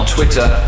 Twitter